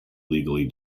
legally